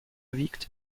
wiegt